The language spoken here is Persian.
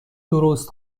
درست